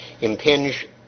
impinge